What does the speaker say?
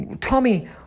Tommy